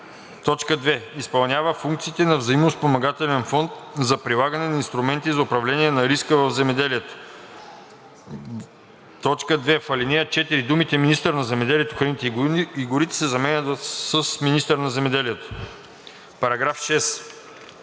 така: „2. изпълнява функциите на Взаимоспомагателен фонд за прилагане на инструменти за управление на риска в земеделието.“ 2. В ал. 4 думите „Министърът на земеделието, храните и горите“ се заменят с „Министърът на земеделието“.“